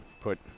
put